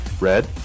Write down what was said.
red